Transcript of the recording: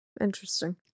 Interesting